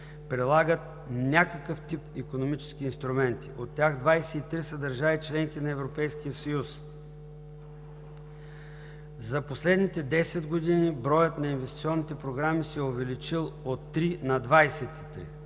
прилагат такъв тип икономически инструменти. От тях 23 са държави – членки на Европейския съюз. За последните 10 години броят на инвестиционните програми в Европа се е увеличил от 3 на 23.